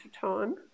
time